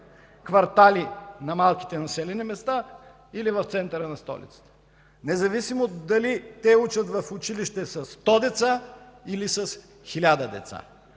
квартали на малките населени места или в центъра на столицата, независимо дали учат в училище със 100 деца или с 1000 деца.